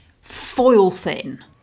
foil-thin